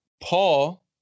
Paul